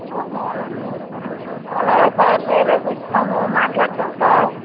అలాగే సార్ మేం రేపొస్తాము మాట్లాడతాం సార్